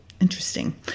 Interesting